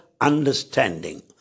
understanding